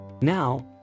Now